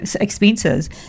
expenses